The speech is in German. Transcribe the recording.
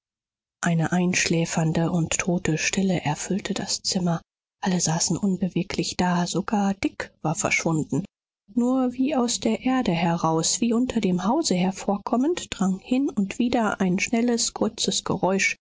eine einschläfernde und tote stille erfüllte das zimmer alle saßen unbeweglich da sogar dick war verschwunden nur wie aus der erde heraus wie unter dem hause hervorkommend drang hin und wieder ein schnelles kurzes geräusch